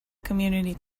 community